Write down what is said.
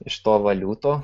iš to valiutų